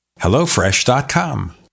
HelloFresh.com